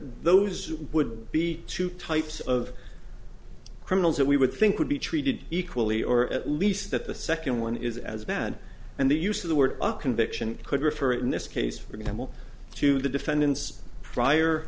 those would be two types of criminals that we would think would be treated equally or at least that the second one is as bad and the use of the word up conviction could refer in this case for example to the defendant's